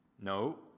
No